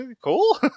Cool